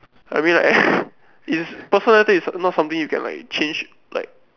I mean like is personal taste is not something you can like change like